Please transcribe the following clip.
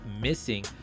missing